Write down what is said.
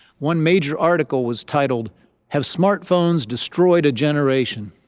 one major article was titled have smartphones destroyed a generation?